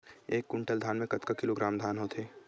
एक कुंटल धान में कतका किलोग्राम धान होथे?